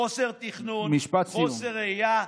חוסר תכנון, חוסר ראייה,